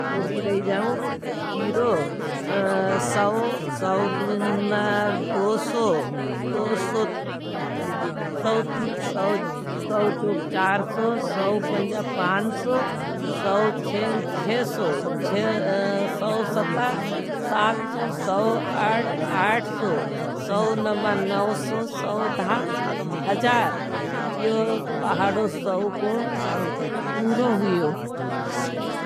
कोली रही जाओ। जीरो, सव, सवदुन, दो सो, सवचोक, चार सो, सवपंजा, पांजो, सवचेंग, शे सो, सवसता, साथ सो, सव आट, आट सो, सवनमा, नौसो, सवधाम, हजार, यो पहाडो सव को पूरो हुयो।